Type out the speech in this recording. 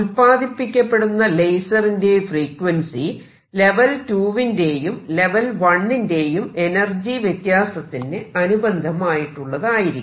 ഉല്പാദിക്കപ്പെടുന്ന ലേസറിന്റെ frequency level 2 വിന്റേയും level 1 ന്റെയും എനർജി വ്യത്യാസത്തിന് അനുബന്ധമായുള്ളതായിരിക്കും